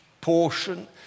portion